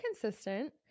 consistent